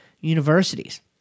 universities